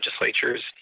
legislatures